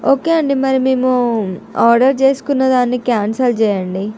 okay అండి మరి మేము ఆర్డర్ చేసుకున్నదాన్ని క్యాన్సిల్ చేయండి